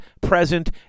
present